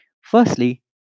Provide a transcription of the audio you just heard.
Firstly